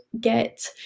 get